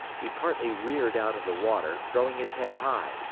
he partly reared out of the water, throwing his head high,